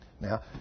Now